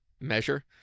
measure